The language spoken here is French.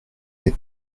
êtes